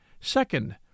Second